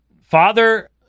Father